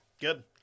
good